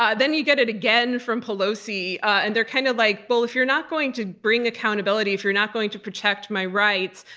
ah then you get it again from pelosi, and they're kind of like, well, if you're not going to bring accountability, if you're not going to protect my rights,